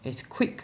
it's quick